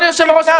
אדוני היושב-ראש,